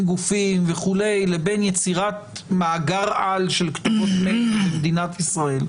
גופים וכולי לבין יצירת מאגר-על של כתובית מייל במדינת ישראל.